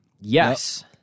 Yes